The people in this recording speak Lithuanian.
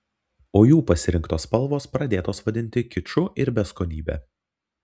o jų pasirinktos spalvos pradėtos vadinti kiču ir beskonybe